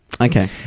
Okay